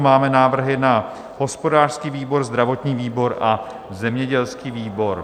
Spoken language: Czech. Máme návrhy na hospodářský výbor, zdravotní výbor a zemědělský výbor.